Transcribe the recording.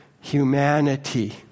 humanity